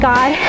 God